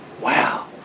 wow